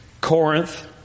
Corinth